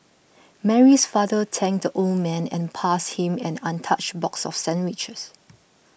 Mary's father thanked the old man and passed him an untouched box of sandwiches